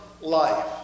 life